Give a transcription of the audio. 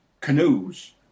canoes